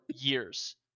years